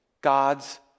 God's